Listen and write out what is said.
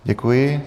Děkuji.